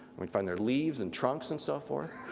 we found their leaves and trunks and so forth.